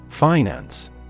Finance